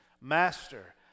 Master